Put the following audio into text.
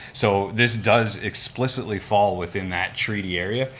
so this does explicitly fall within that treaty area,